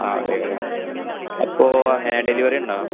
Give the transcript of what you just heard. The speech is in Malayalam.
ആ അതെയല്ലേ അപ്പോള് എങ്ങനെയാണ് ഡെലിവറിയുണ്ടോ